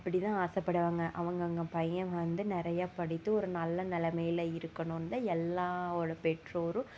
அப்படிதான் ஆசைப்படுவாங்க அவங்கவங்க பையன் வந்த நிறையா படித்து ஒரு நல்ல நிலமையில இருக்கணும்னு தான் எல்லோரோட பெற்றோரும்